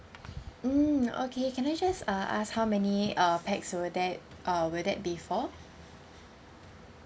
mm okay can I just uh ask how many uh pax will that uh will that be for